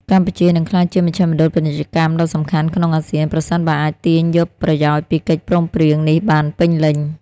កម្ពុជានឹងក្លាយជាមជ្ឈមណ្ឌលពាណិជ្ជកម្មដ៏សំខាន់ក្នុងអាស៊ាន ប្រសិនបើអាចទាញយកប្រយោជន៍ពីកិច្ចព្រមព្រៀងនេះបានពេញលេញ។